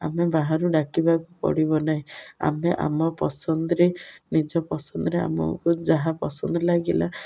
ଆମେ ବାହାରୁ ଡାକିବାକୁ ପଡ଼ିବ ନାହିଁ ଆମେ ଆମ ପସନ୍ଦରେ ନିଜ ପସନ୍ଦରେ ଆମକୁ ଯାହା ପସନ୍ଦ ଲାଗିଲା